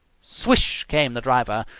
swish came the driver.